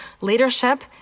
leadership